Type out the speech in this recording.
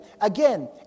Again